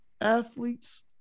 athletes